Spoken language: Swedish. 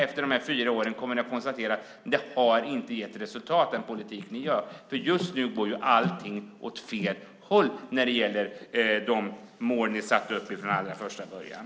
Efter de här fyra åren kommer ni att kunna konstatera att den politik ni fört inte har gett resultat, för just nu går ju allting åt fel håll när det gäller de mål ni satte upp från allra första början.